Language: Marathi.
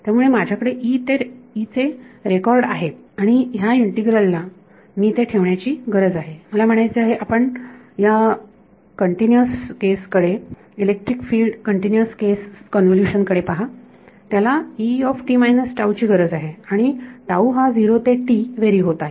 त्यामुळे माझ्याकडे ते रेकॉर्ड आहे आणि ह्या इंटीग्रल ला मी ते ठेवण्याची गरज आहे मला म्हणायचे आहे आपण या कंटीन्यूअस केस कडे electric field continuous case convolution कडे पहा त्याला ची गरज आहे आणि हा 0 ते व्हेरी होत आहे